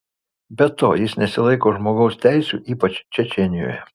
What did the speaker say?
be to jis nesilaiko žmogaus teisių ypač čečėnijoje